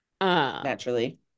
Naturally